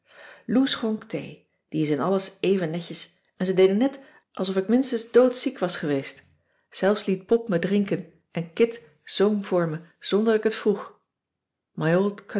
die is in alles even netjes en ze deden net alsof ik minstens doodziek was geweest cissy van marxveldt de h b s tijd van joop ter heul zelfs liet pop me drinken en kit zong voor me zonder dat ik het vroeg